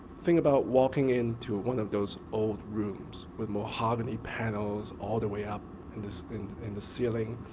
think about walking into one of those old rooms with mahogany panels all the way up in the ceiling.